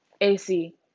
AC